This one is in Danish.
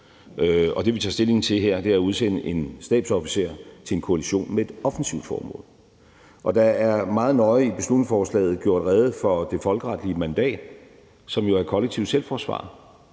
Og det, vi tager stilling til her, er at udsende en stabsofficer til en koalition med et offensivt formål. Der er meget nøje i beslutningsforslaget gjort rede for det folkeretlige mandat, som jo udspringer af